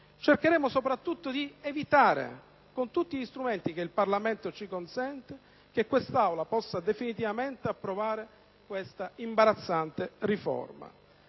Cercheremo soprattutto di evitare, con tutti gli strumenti che il Parlamento ci consente, che l'Aula possa definitivamente approvare questa imbarazzante riforma.